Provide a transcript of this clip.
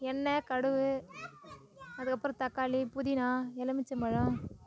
எண்ணெய் கடுகு அதுக்கப்புறம் தக்காளி புதினா எலுமிச்சம்பழம்